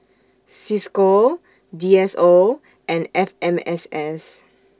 CISCO D S O and F M S S